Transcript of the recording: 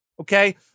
Okay